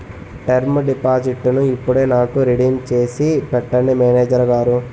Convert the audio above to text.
term డిపాజిట్టును ఇప్పుడే నాకు రిడీమ్ చేసి పెట్టండి మేనేజరు గారు